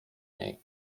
niej